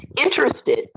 interested